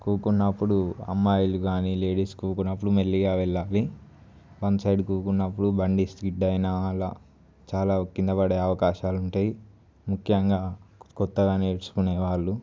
కూర్చున్నప్పుడు అమ్మాయిలు కానీ లేడీస్ కూర్చున్నప్పుడు మెల్లిగా వెళ్ళాలి వన్ సైడ్ కూర్చున్నప్పుడు బండి స్కిడ్ అయి అలా చాలా కింద పడే అవకాశాలు ఉంటాయి ముఖ్యంగా కొత్తగా నేర్చుకునే వాళ్ళు